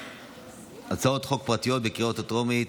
חוק פרטיות לקריאה הטרומית.